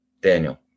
Daniel